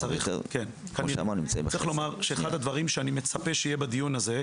צריך לומר שאחד הדברים שאני מצפה שיהיה בדיון הזה,